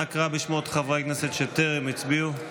נא קרא בשמות חברי הכנסת שטרם הצביעו.